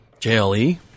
JLE